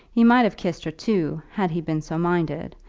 he might have kissed her, too, had he been so minded,